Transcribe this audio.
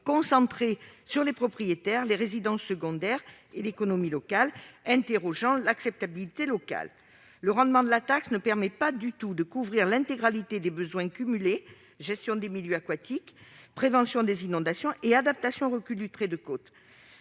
concentré sur les propriétaires, les résidences secondaires et l'économie locale, ce qui pose la question de l'acceptabilité locale. Le rendement de la taxe ne permet pas du tout de couvrir l'intégralité des besoins cumulés- gestion des milieux aquatiques, prévention des inondations et adaptation au recul du trait de côte.